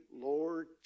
Lord